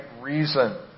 reason